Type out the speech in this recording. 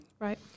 right